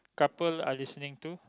couple are listening to